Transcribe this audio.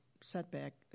setback